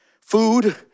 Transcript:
Food